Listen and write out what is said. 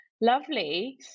Lovely